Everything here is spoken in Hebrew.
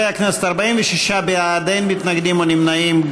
46 בעד, אין מתנגדים או נמנעים.